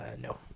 No